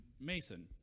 Mason